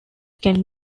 can